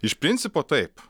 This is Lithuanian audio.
iš principo taip